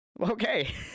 Okay